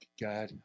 God